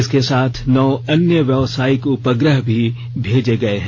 इसके साथ नौ अन्य व्यवसायिक उपग्रह भी भेजे गए हैं